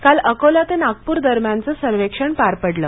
काल अकोला ते नागपूर दरम्यानचं सर्वेक्षण पार पडलं